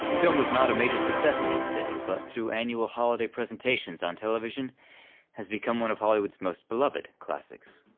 film was not a major success in its day but through annual holiday presentations on television has become one of hollywood's most beloved classics.